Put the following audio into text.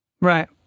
Right